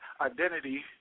identity